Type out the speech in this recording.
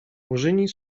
murzyni